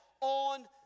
on